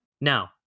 Now